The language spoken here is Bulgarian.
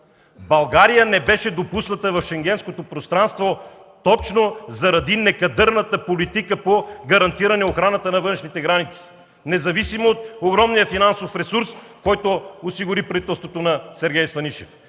България не беше допусната в Шенгенското пространство точно заради некадърната политика по гарантиране охраната на външните граници, независимо от огромния финансов ресурс, който осигури правителството на Сергей Станишев,